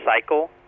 cycle